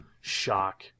shock